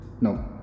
No